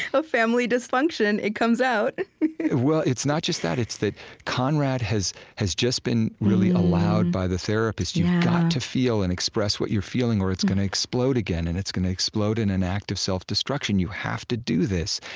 of family dysfunction it comes out well, it's not just that. it's that conrad has has just been really allowed, by the therapist you've got to feel, and express what you're feeling, or it's gonna explode again, and it's gonna explode in an act of self-destruction. you have to do this.